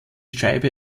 scheibe